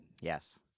Yes